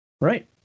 Right